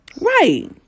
Right